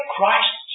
Christ